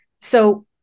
So-